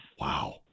Wow